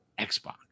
Xbox